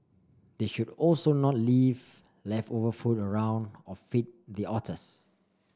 they should also not leave leftover food around or feed the otters